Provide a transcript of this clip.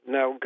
Now